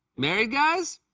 married guys?